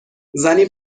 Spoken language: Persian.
زنی